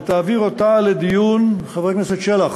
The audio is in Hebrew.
ותעביר אותה לדיון, חבר הכנסת שלח,